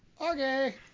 Okay